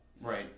Right